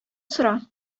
сора